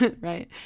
right